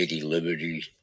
Liberty